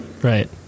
Right